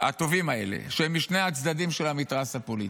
הטובים האלה, שהם משני הצדדים של המתרס הפוליטי,